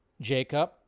Jacob